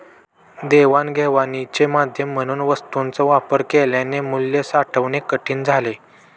देवाणघेवाणीचे माध्यम म्हणून वस्तूंचा वापर केल्याने मूल्य साठवणे कठीण झाले